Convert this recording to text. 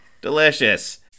Delicious